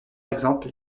exemple